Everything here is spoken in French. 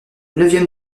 neuvième